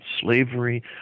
slavery